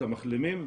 את המחלימים,